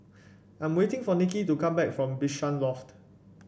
I'm waiting for Nicky to come back from Bishan Loft